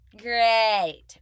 Great